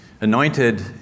Anointed